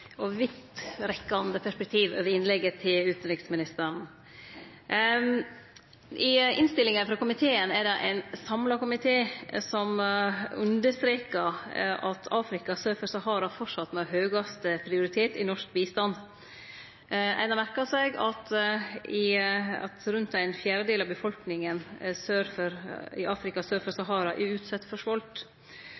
og vidtrekkjande perspektiv ved innlegget til utanriksministeren. I innstillinga er det ein samla komité som understrekar at Afrika sør for Sahara framleis har høgaste prioritet i norsk bistand. Ein har merka seg at rundt ein fjerdedel av befolkninga i Afrika sør for